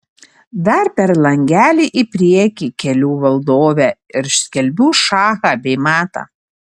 dar per langelį į priekį keliu valdovę ir skelbiu šachą bei matą